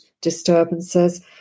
disturbances